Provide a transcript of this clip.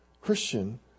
Christian